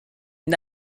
une